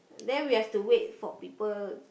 then we have to wait for people